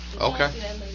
okay